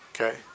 Okay